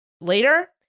later